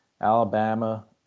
Alabama